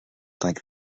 like